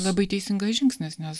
labai teisingas žingsnis nes